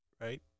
Right